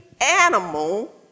animal